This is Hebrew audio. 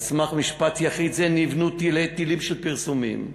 על סמך משפט יחיד זה נבנו תלי-תלים של פרסומים.